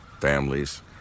families